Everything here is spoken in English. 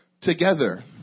together